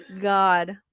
God